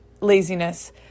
laziness